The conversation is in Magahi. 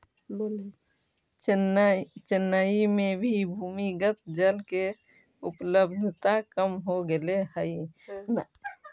चेन्नई में भी भूमिगत जल के उपलब्धता कम हो गेले हई